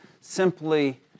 simply